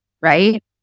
right